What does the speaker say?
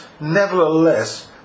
nevertheless